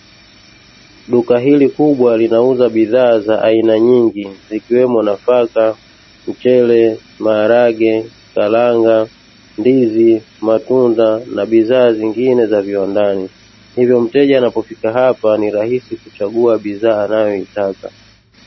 Duka hili kubwa linauza bidhaa za aina nyingi zikiwemo nafaka, mchele, maharage, karanga, ndizi, matunda na bidhaa zingine za viwandani hivyo mteja anavyofika hapa ni rahisi kuchagua bidhaa anayoitaka.